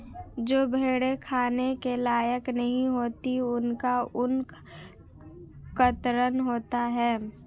जो भेड़ें खाने के लायक नहीं होती उनका ऊन कतरन होता है